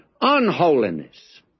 unholiness